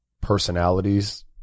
personalities